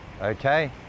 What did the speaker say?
okay